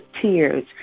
tears